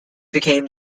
became